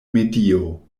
medio